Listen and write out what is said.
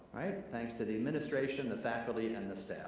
right? thanks to the administration, the faculty and the